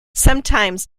sometimes